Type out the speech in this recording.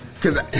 Cause